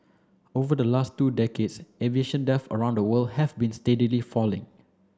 over the last two decades aviation deaths around the world have been steadily falling